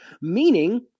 meaning